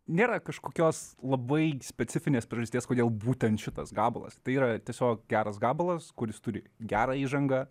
nėra kažkokios labai specifinės priežasties kodėl būtent šitas gabalas tai yra tiesiog geras gabalas kuris turi gerą įžangą